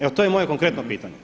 Evo to je moje konkretno pitanje.